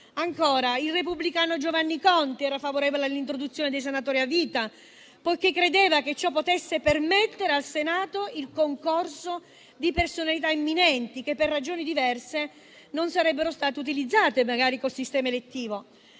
Ancora, il repubblicano Giovanni Conti era favorevole all'introduzione dei senatori a vita, poiché credeva che ciò potesse permettere al Senato il concorso di personalità eminenti, che, per ragioni diverse, non sarebbero state utilizzate magari col sistema elettivo.